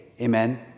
Amen